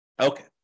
Okay